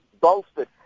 bolstered